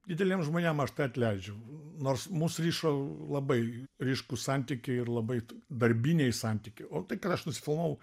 dideliem žmonėm aš tai atleidžiu nors mus rišo labai ryškūs santykiai ir labai darbiniai santykiai o tai kad aš nusifilmavau